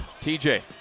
TJ